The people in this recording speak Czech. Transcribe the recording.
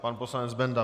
Pan poslanec Benda.